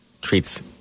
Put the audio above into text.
treats